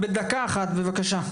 בדקה אחת בבקשה.